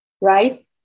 right